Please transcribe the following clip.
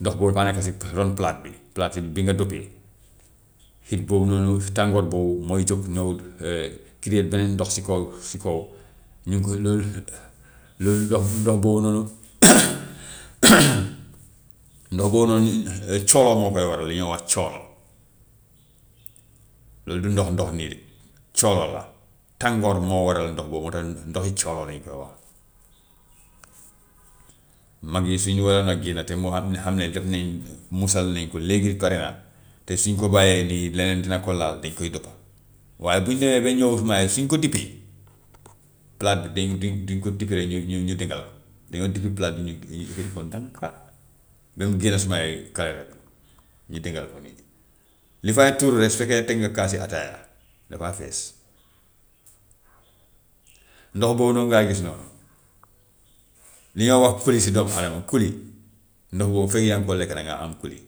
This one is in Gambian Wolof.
Ndox boobu dafa nekk si ron palaat bi, palaat in bi nga dëppee, heat boobu noonu, tàngoor boobu mooy jóg ñëw create beneen ndox si kaw si kaw ñu ko loolu loolu ndox bu ndox boobu noonu ndox boobu noonu cóolóol moo koy waral li ñuy wax cóolóol, loolu du ndox ndox nii rek cóolóol la, tàngoor moo waral ndox boobu moo tax ndoxi cóolóol lañu koo wax. Mag yi su ñu waroon a génna te mu xam ne xam ne daf nañ muusal nañ ko léegi te su ñu ko bàyyee nii leneen dina ko laal dañu koy dëppa. Waaye bu ñëwee ba su ñu ko dippee palaat bi dañu duñ duñ ko dippi rek ñu ñu ñu dëngal ko, dañoo dippi palaat bi ñu ñu ñu def ko ndànka ba mu génna sumay ñu dëngal ko nii, li fay tuuru rek su fekkee teg nga kaasi ataaya dafaa fees. Ndox boobu noonu ngay gis noonu li ñoo wax kuli si doomu adama kuli, ndox boobu feek yaa ngi koy lekk dangaa am kuli,